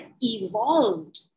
evolved